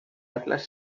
atlas